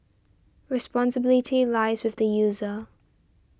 responsibility lies with the user